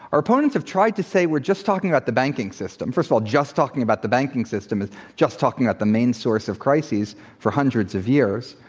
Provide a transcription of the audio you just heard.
our opponents have tried to say we're just talking about the banking system. first of all, just talking about the banking system is just talking about the main source of crises for hundreds of years.